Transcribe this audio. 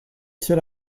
ceux